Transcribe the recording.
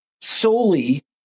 solely